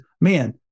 man